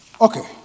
Okay